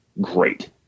great